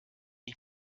ich